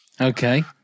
Okay